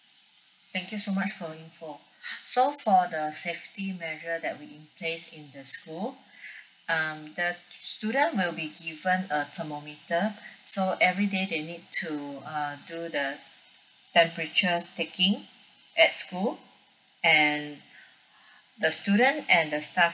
thank you so much for your info so for the safety measure that we in place in the school um the student will be given a thermometer so everyday they need to uh do the temperature taking at school and the student and the staff